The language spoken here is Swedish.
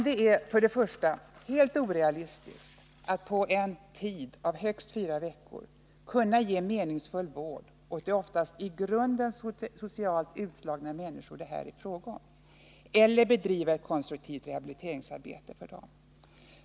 Det är helt orealistiskt att på en tid av maximalt fyra veckor kunna ge en meningsfull vård åt de oftast i grunden socialt utslagna människor det här är fråga om eller bedriva ett konstruktivt rehabiliteringsarbete för dem.